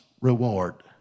reward